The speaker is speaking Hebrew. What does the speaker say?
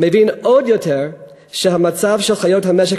מבין עוד יותר שהמצב של חיות המשק